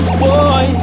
boy